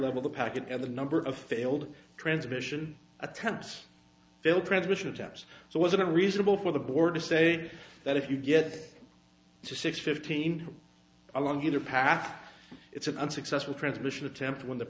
the packet and the number of failed transmission attempts failed transmission attempts so was it reasonable for the board to say that if you get to six fifteen along either path it's an unsuccessful transmission attempt when the